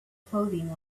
clothing